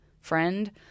friend